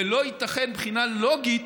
ולא ייתכן מבחינה לוגית